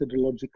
methodologically